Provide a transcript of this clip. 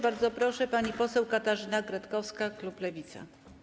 Bardzo proszę, pani poseł Katarzyna Kretkowska, klub Lewica.